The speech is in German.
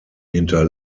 hinter